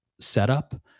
setup